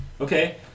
Okay